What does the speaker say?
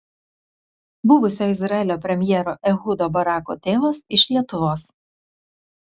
buvusio izraelio premjero ehudo barako tėvas iš lietuvos